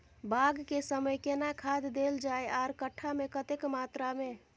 बाग के समय केना खाद देल जाय आर कट्ठा मे कतेक मात्रा मे?